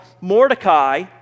Mordecai